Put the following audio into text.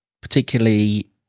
Particularly